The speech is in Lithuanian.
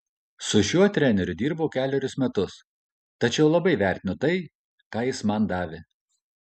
su šiuo treneriu dirbau kelerius metus tačiau labai vertinu tai ką jis man davė